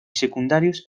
secundarios